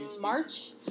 March